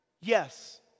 yes